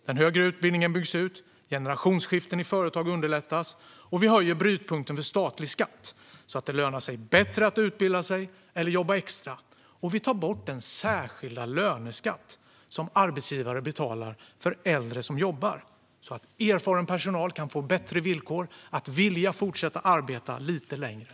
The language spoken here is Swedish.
Den högre utbildningen byggs ut, generationsskiften i företag underlättas. Vi höjer brytpunkten för statlig skatt, så att det lönar sig bättre att utbilda sig eller jobba extra. Och vi tar bort den särskilda löneskatt som arbetsgivare betalar för äldre som jobbar, så att erfaren personal kan få bättre villkor och vill fortsätta att arbeta lite längre.